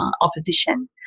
opposition